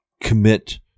Commit